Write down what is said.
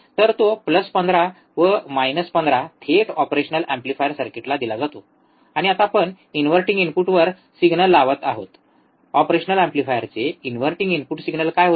तर तो प्लस 15 व मायनस 15 थेट ऑपरेशनल एंपलीफायर सर्किटला दिला जातो आणि आता आपण इनव्हर्टिंग इनपुटवर सिग्नल लावत आहोत ऑपरेशनल एम्पलीफायरचे इनव्हर्टिंग इनपुट सिग्नल काय होते